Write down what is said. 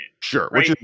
Sure